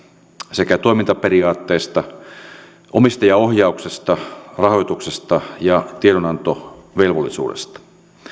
sekä toimintaperiaatteista omistajaohjauksesta rahoituksesta ja tiedonantovelvollisuudesta